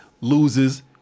loses